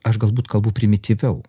aš galbūt kalbu primityviau